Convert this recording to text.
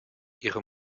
ihre